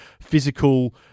physical